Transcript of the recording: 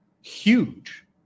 huge